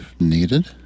needed